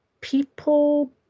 people